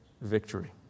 victory